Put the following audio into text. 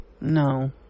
No